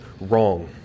wrong